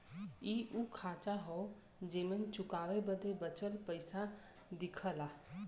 इ उ खांचा हौ जेमन चुकाए बदे बचल पइसा दिखला